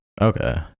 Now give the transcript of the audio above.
okay